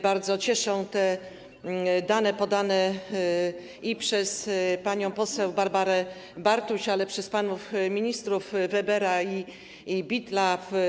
Bardzo cieszą te dane podane i przez panią poseł Barbarę Bartuś, i przez panów ministrów Webera i Bittela.